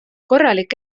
korralik